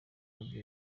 kabila